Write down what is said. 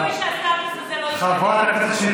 אין סיכוי שהשר יפטר, חברת הכנסת שטרית.